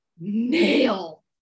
nail